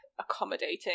accommodating